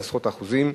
בעשרות אחוזים,